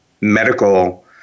medical